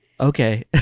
Okay